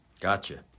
Gotcha